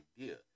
idea